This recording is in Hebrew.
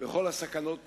וכל הסכנות נעלמו,